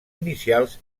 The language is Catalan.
inicials